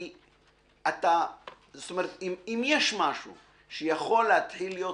כי אם יש משהו שיכול להתחיל להיות